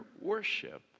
worship